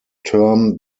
term